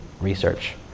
research